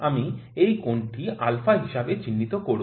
আমি এই কোণটি α হিসাবে চিহ্নিত করব